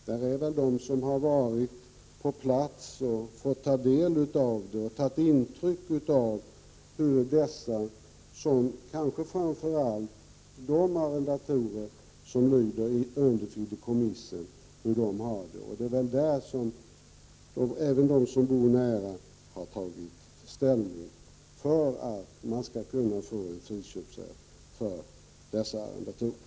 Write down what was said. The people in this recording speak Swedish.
Det är väl främst de som har varit på plats, fått ta del av problemen och tagit intryck av hur kanske framför allt de arrendatorer som lyder under fideikommiss har det, som tagit ställning för en friköpsrätt för dessa arrendatorer. Det har ofta också de som bor i närheten gjort.